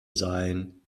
sein